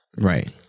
Right